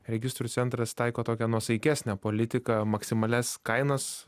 registrų centras taiko tokią nuosaikesnę politiką maksimalias kainas